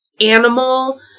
animal